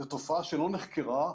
זו תופעה שלא נחקרה.